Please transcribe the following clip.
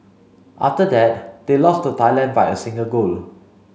after that they lost to Thailand by a single goal